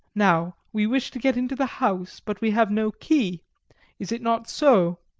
now we wish to get into the house, but we have no key is it not so?